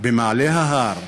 במעלה ההר,